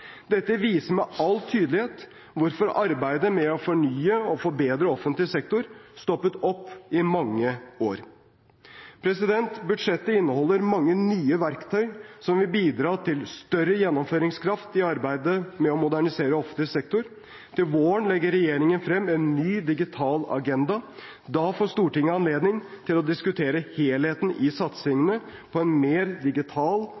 Dette viser med all tydelighet hvorfor arbeidet med å fornye og forbedre offentlig sektor stoppet opp i mange år. Budsjettet inneholder mange nye verktøy som vil bidra til større gjennomføringskraft i arbeidet med å modernisere offentlig sektor. Til våren legger regjeringen frem en ny Digital agenda. Da får Stortinget anledning til å diskutere helheten i satsingen på en mer digital